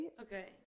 okay